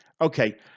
Okay